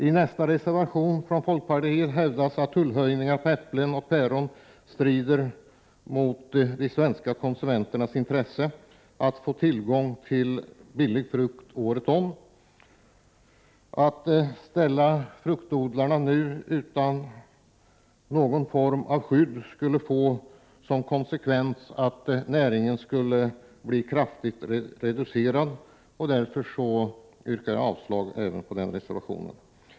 I reservation nr 2 från folkpartiet hävdas att tullhöjningar på äpplen och päron strider mot de svenska konsumenternas intresse av att få tillgång till billig frukt året om. Om man skulle ställa fruktodlarna utan någon form av skydd, skulle det få till konsekvens att näringen skulle bli kraftigt reducerad. Jag yrkar avslag även på den reservationen.